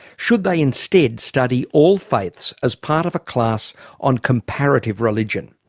should they instead study all faiths as part of a class on comparative religion?